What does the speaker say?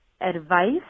advice